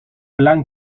plan